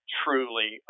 truly